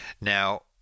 Now